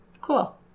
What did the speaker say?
Cool